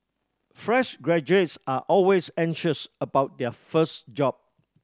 fresh graduates are always anxious about their first job